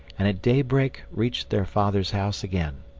and at daybreak reached their father's house again.